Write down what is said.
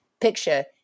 picture